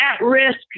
at-risk